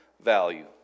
value